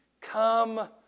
Come